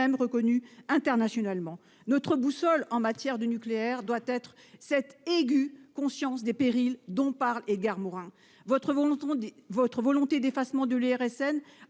reconnus internationalement. En matière de nucléaire, notre boussole doit être cette aiguë conscience des périls dont parle Edgar Morin. Votre volonté d'effacement de l'IRSN a